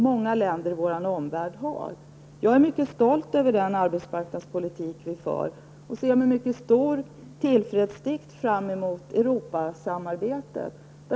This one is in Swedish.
Jag är alltså mycket stolt över den arbetsmarknadspolitik som vi för, och jag ser med mycket stor tillförsikt fram emot Europasamarbetet.